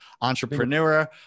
entrepreneur